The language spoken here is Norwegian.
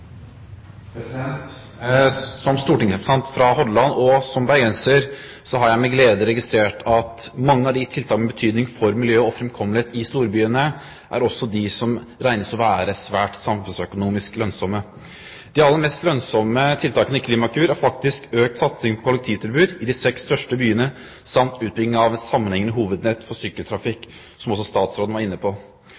som bergenser har jeg med glede registrert at mange av de tiltakene som har betydning for miljø og framkommelighet i storbyene, også regnes for å være svært lønnsomme samfunnsøkonomisk. De aller mest lønnsomme tiltakene i Klimakur er økt satsing på kollektivtilbud i de seks største byene samt utbygging av et sammenhengende hovednett for